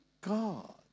God